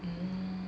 mm